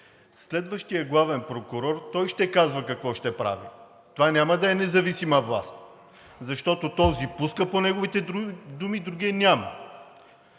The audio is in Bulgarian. Следващият главен прокурор – той ще казва какво ще прави, това няма да е независима власт, защото този пуска – по неговите думи, другият няма.